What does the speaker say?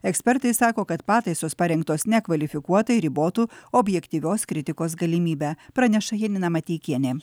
ekspertai sako kad pataisos parengtos nekvalifikuotai ribotų objektyvios kritikos galimybę praneša janina mateikienė